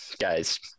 guys